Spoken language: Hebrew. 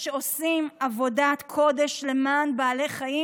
אימהות חד-הוריות.